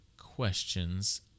questions